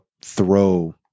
throw